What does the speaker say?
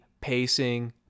pacing